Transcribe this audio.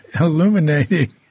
illuminating